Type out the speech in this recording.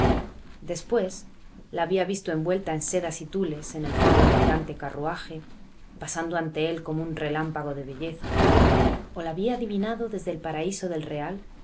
después la había visto envuelta en sedas y tules en el fondo de elegante carruaje pasando ante él como un relámpago de belleza o la había adivinado desde el paraíso del real